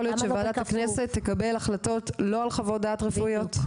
יכול להיות שוועדת הכנסת תקבל החלטות לא על חוות דעת רפואיות?